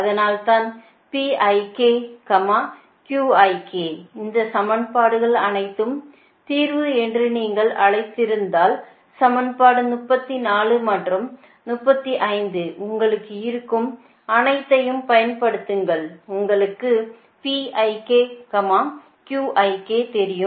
அதனால் இந்த சமன்பாடுகள் அனைத்தும் தீர்வு என்று நீங்கள் அழைத்திருந்தால் சமன்பாடு 34 மற்றும் 35 உங்களுக்கு இருக்கும் அனைத்தையும் பயன்படுத்துங்கள் உங்களுக்கு தெரியும்